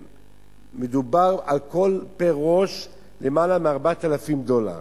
מדובר פר ראש בלמעלה מ-4,000 דולר.